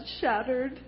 shattered